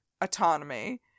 autonomy